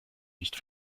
nicht